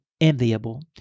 enviable